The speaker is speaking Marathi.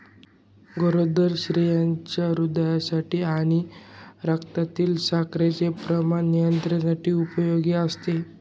गरोदर स्त्रियांच्या हृदयासाठी आणि रक्तातील साखरेच्या प्रमाणाच्या नियंत्रणासाठी उपयोगी असते